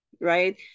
right